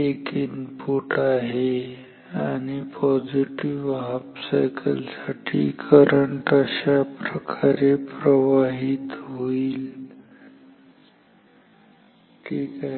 एक इनपुट आहे आणि पॉझिटिव हाफ सायकल साठी करंट अशाप्रकारे प्रवाहित होईल ठीक आहे